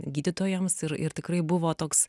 gydytojams ir ir tikrai buvo toks